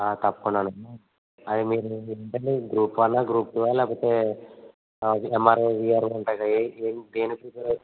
తప్పకుండా అండి అది మీరు చెప్పింది గ్రూప్ వన్ ఆ గ్రూప్ టు ఆ లేకపోతే ఎంఆర్ఓ వీఆర్ఓ ఉంటాయిగా ఏ ఏవి దేనికి ప్రిపేర్